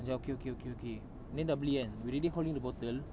cakap okay okay okay okay then dah beli kan we already holding the bottle